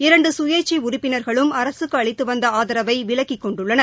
இரண்டு சுயேச்சை உறுப்பினர்களும் அரசுக்கு அளித்து வந்த ஆதரவை விலக்கிக் கொண்டுள்ளனர்